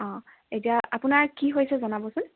অঁ এতিয়া আপোনাৰ কি হৈছে জনাবচোন